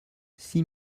six